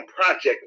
project